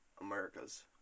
Americas